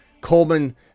Coleman